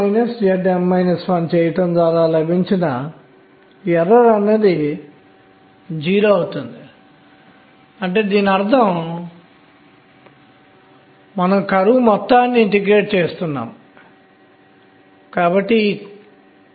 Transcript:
కాబట్టి ఇచ్చిన n కోసం ఇచ్చిన శక్తి స్థాయి ఆ శక్తి En స్థిరంగా ఉంటుంది నాకు n ఉంటుంది క్వాంటం సంఖ్య k అనేది 1 2 నుండి మరియు n మరియు m వరకు మారుతూ ఉంటుంది ఇది k నుండి k కి మారుతూ ఉంటుంది